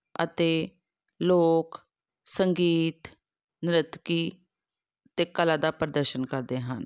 ਅਤੇ ਲੋਕ ਸੰਗੀਤ ਨ੍ਰਿੱਤਕੀ ਅਤੇ ਕਲਾ ਦਾ ਪ੍ਰਦਰਸ਼ਨ ਕਰਦੇ ਹਨ